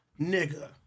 nigga